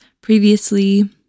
previously